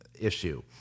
issue